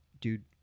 dude